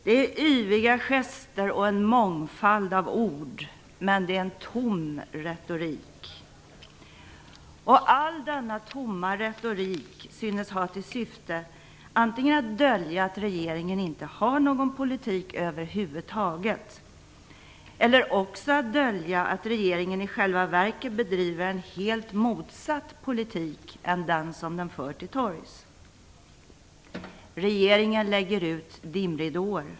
Det är yviga gester och en mångfald av ord, men det är en tom retorik. Och all denna tomma retorik synes ha till syfte antingen att dölja att regeringen inte har någon politik över huvud taget eller också att dölja att regeringen i själva verket bedriver en helt motsatt politik än den som den för till torgs. Regeringen lägger ut dimridåer.